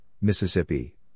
Mississippi